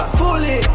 fully